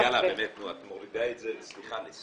באמת, סליחה, את מורידה את זה לשיח